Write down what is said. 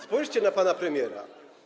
Spójrzcie na pana premiera.